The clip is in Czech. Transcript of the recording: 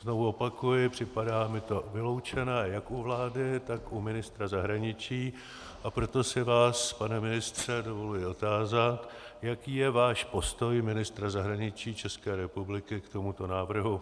Znovu opakuji, připadá mi to vyloučené jak u vlády, tak u ministra zahraničí, a proto se vás, pane ministře, dovoluji otázat, jaký je váš postoj ministra zahraničí České republiky k tomuto návrhu.